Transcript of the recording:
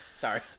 Sorry